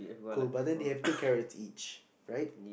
cool but then they have two carrots each right